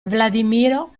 vladimiro